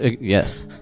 yes